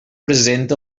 present